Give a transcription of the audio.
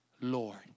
Lord